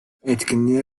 etkinliğe